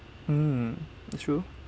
mm that's true